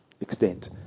extent